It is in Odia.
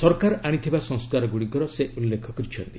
ସରକାର ଆଶିଥିବା ସଂସ୍କାରଗୁଡ଼ିକରେ ସେ ଉଲ୍ଲେଖ କରିଛନ୍ତି